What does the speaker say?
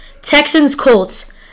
Texans-Colts